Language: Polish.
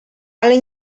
ale